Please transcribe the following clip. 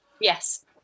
Yes